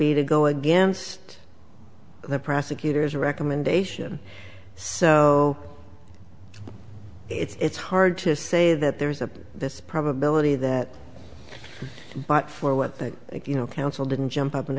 be to go against the prosecutor's recommendation so it's hard to say that there's a this probability that but for what they think you know counsel didn't jump up an